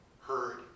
heard